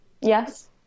Yes